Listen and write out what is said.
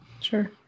Sure